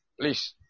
please